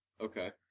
Okay